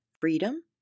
Freedom